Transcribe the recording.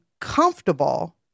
comfortable